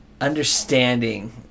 understanding